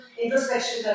introspection